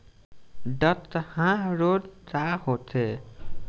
डकहा रोग का होखे?